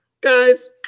Guys